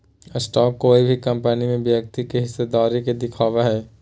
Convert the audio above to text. stock कोय भी company में व्यक्ति के हिस्सेदारी के दिखावय हइ